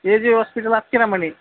A J hospital ಹತ್ತಿರ ಮನೆ